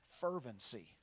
fervency